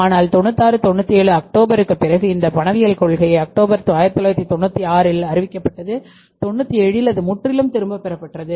ஆனால் 96 97 அக்டோபருக்குப் பிறகு இந்த பணவியல் கொள்கை அக்டோபர் 1996 இல் அறிவிக்கப்பட்டது 97 இல் அது முற்றிலும் திரும்பப் பெறப்பட்டது